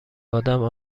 ادم